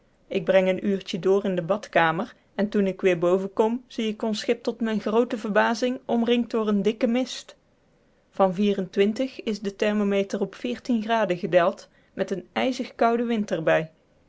ik breng een uurtje door in de badkamer en toen ik weer boven kom zie ik ons schip tot mijn groote verbazing omringd door eenen dikken mist van is de thermometer op graden gedaald met een ijzig kouden wind er